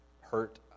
hurt